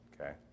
okay